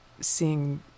seeing